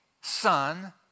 son